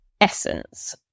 essence